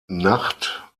nacht